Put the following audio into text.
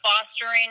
fostering